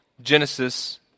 Genesis